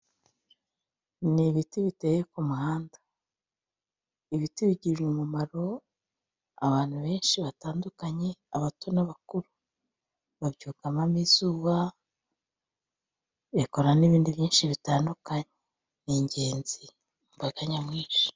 Ni ibiti biteye ku muhanda. Ni ibiti bigirira umumaro abantu benshi batandukanye, abato n'abakuru, babyukamo izuba, bikora n'ibindi byinshi bitandukanye, ni ingenzi ku mbaga nyamwinshi.